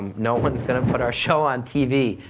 no one's going to put our show on tv,